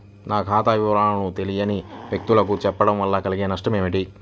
నా ఖాతా వివరాలను తెలియని వ్యక్తులకు చెప్పడం వల్ల కలిగే నష్టమేంటి?